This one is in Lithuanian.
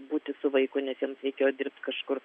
būti su vaiku nes joms reikėjo dirbti kažkur